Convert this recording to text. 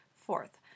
Fourth